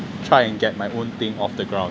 try and get my own thing off the ground